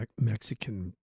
Mexican